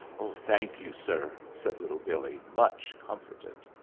thank you, sir, said little billee, much comforted.